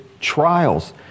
trials